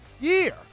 year